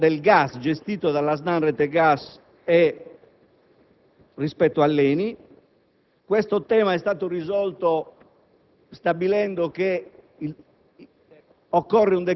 del tubo del gas gestito dalla società SNAM Rete Gas rispetto all'ENI. Questo tema è stato risolto stabilendo che